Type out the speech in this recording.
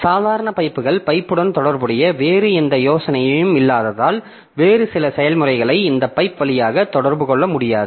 சாதாரண பைப்புகள் பைப்புடன் தொடர்புடைய வேறு எந்த யோசனையும் இல்லாததால் வேறு சில செயல்முறைகளை இந்த பைப் வழியாக தொடர்பு கொள்ள முடியாது